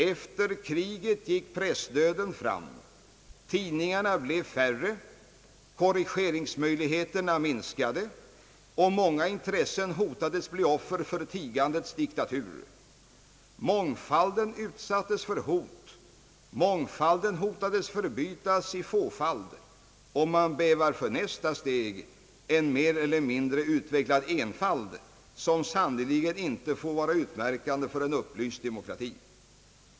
Efter kriget gick pressdöden fram, tidningarna blev färre, korrigeringsmöjligheterna minskade och många intressen hotas bli offer för tigandets diktatur. Mångfalden utsattes för hot. Mångfalden hotades bli förbytt i fåfald, och man bävar för nästa steg — en mer eller mindre utvecklad enfald — som sannerligen inte får vara utmärkande för en upplyst demokrati.